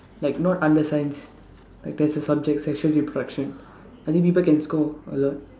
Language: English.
like not under science like there's a subject sexual reproduction I think people can score a lot